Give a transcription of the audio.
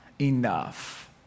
enough